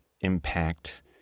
impact